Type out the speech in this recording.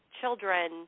children